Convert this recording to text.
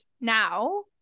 now